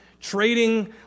trading